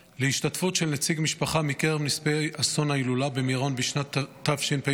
ולהשתתפות של נציג משפחה מקרב נספי אסון ההילולה במירון בשנת תשפ"א,